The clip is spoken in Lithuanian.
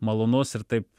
malonus ir taip